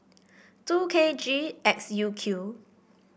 two K G X U Q